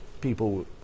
people